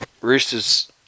Roosters